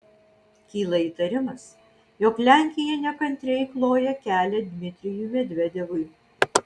kyla įtarimas jog lenkija nekantriai kloja kelią dmitrijui medvedevui